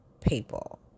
people